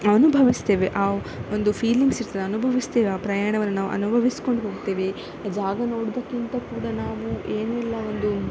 ಅನುಭವಿಸ್ತೇವೆ ಆ ಒಂದು ಫೀಲಿಂಗ್ಸ್ ಇರ್ತದೆ ಅನುಭವಿಸ್ತೇವೆ ಆ ಪ್ರಯಾಣವನ್ನು ನಾವು ಅನುಭವಿಸ್ಕೊಂಡು ಹೋಗ್ತೇವೆ ಜಾಗ ನೋಡೋದಕ್ಕಿಂತ ಕೂಡ ನಾವು ಏನೆಲ್ಲ ಒಂದು